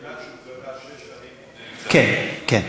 אילת שוחררה שש שנים לפני מבצע "קדש" כן,